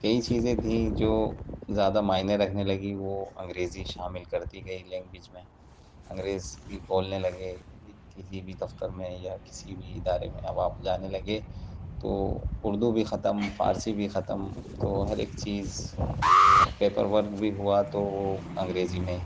کئی چیزیں تھیں جو زیادہ معنے رکھنے لگیں وہ انگریزی شامل کرتی گئی لینگویج میں انگریزی بولنے لگے کسی بھی دفتر میں یا کسی بھی ادارے میں اب آپ جانے لگے تو اردو بھی ختم فارسی بھی ختم تو ہر ایک چیز پیپر ورک بھی ہوا تو وہ انگریزی میں ہی